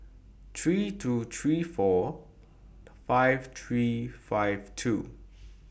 three two three four five three five two